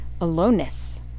Aloneness